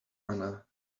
anna